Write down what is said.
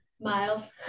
Miles